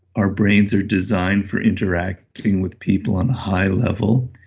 our brains are designed for interacting with people on a high level.